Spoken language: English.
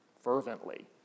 fervently